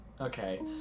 Okay